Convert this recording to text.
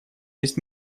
шесть